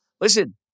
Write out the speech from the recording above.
listen